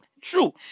True